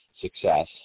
success